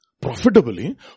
profitably